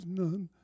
none